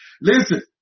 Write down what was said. Listen